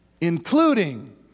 including